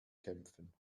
kämpfen